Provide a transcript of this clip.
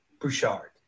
Bouchard